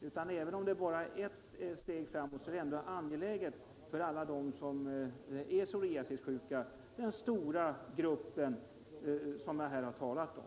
Även om reservationen bara är ett steg framåt, innebär den ändå en angelägen förbättring för den stora gruppen psoriasissjuka, som jag här har talat om.